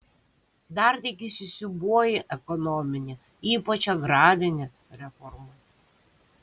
dar tik įsisiūbuoja ekonominė ypač agrarinė reforma